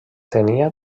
tenia